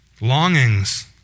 Longings